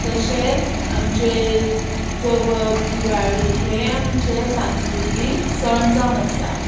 तशेंच आमचे चवथ दिवाळी हे आमचे सांस्कृतीक सण जावन आसा